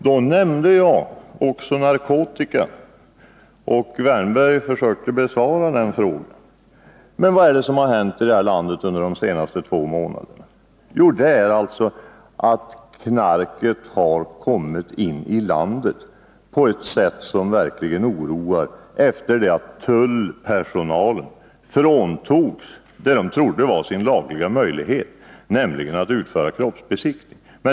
Då nämnde jag också narkotika, och Erik Wärnberg försökte göra ett bemötande av det. Men vad är det som har hänt i det här landet under de senaste två månaderna? Jo, knarket har kommit in i landet på ett sätt som verkligen oroar, efter det att tullpersonalen fråntagits det som den trodde var dess lagliga möjlighet, nämligen att utföra kroppsbesiktning.